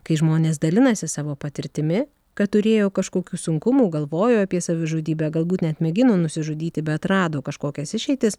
kai žmonės dalinasi savo patirtimi kad turėjo kažkokių sunkumų galvojo apie savižudybę galbūt net mėgino nusižudyti bet rado kažkokias išeitis